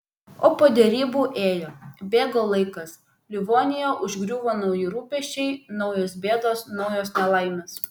o po derybų ėjo bėgo laikas livoniją užgriuvo nauji rūpesčiai naujos bėdos naujos nelaimės